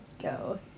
go